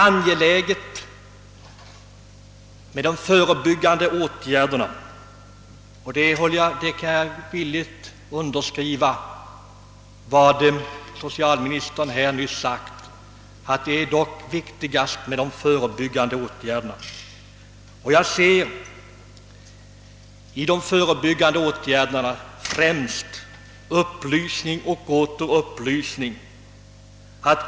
Jag kan villigt instämma i socialministerns uttalande att det är viktigast med de förebyggande åtgärderna. Som förebyggande åtgärder ser jag främst upplysning och åter upplysning.